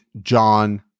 John